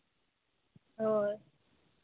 ᱦᱳᱭ